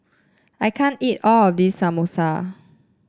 I can't eat all of this Samosa